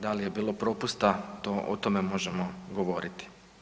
Da li je bilo propusta, o tome možemo govoriti.